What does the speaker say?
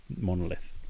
monolith